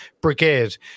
brigade